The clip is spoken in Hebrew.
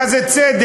מה זה צדק,